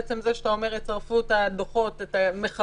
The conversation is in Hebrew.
בעצם זה שאתה אומר שיצרפו את הדוחות אתה מכוון,